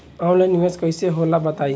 Online निवेस कइसे होला बताईं?